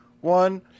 one